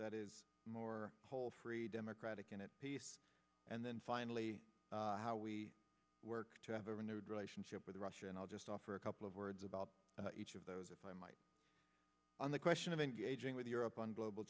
that is more whole free democratic and at peace and then finally how we work to have a renewed relationship with russia and i'll just offer a couple of words about each of those if i might on the question of engaging with europe on global